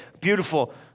Beautiful